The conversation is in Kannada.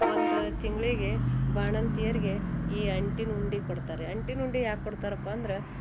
ಒಂದು ತಿಂಗಳಿಗೆ ಬಾಣಂತಿಯರಿಗೆ ಈ ಅಂಟಿನ ಉಂಡೆ ಕೊಡ್ತಾರೆ ಅಂಟಿನ ಉಂಡೆ ಯಾಕೆ ಕೊಡ್ತಾರಪ್ಪ ಅಂದ್ರೆ